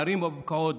בהרים ובבקעות,